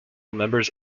members